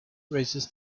raises